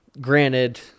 Granted